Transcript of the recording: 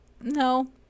no